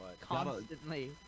Constantly